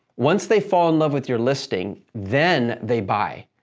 once they fall in love with your listing, then they buy,